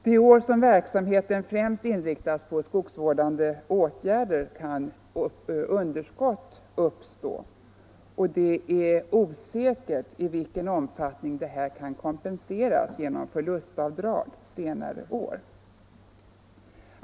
De år som verksamheten främst inriktas på skogsvårdande åtgärder kan underskott uppstå, och det är osäkert i vilken omfattning detta kan kompenseras genom förlustavdrag senare år.